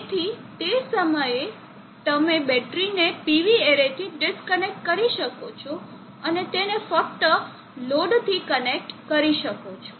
તેથી તે સમયે તમે બેટરીને PV એરેથી ડિસ્કનેક્ટ કરી શકો છો અને તેને ફક્ત લોડથી કનેક્ટ કરી શકો છો